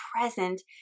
present